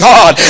God